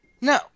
No